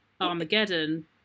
Armageddon